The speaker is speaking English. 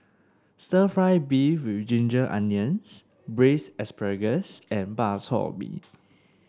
stir fry beef with Ginger Onions Braised Asparagus and Bak Chor Mee